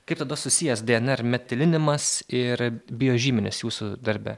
kaip tada susijęs dnr metilinimas ir biožymenys jūsų darbe